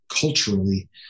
culturally